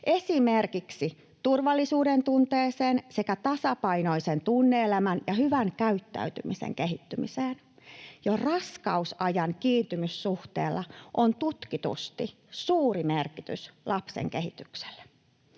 esimerkiksi turvallisuudentunteeseen sekä tasapainoisen tunne-elämän ja hyvän käyttäytymisen kehittymiseen, ja raskausajan kiintymyssuhteella on tutkitusti suuri merkitys lapsen kehitykselle.